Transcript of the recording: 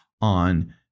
on